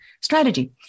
strategy